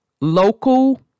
local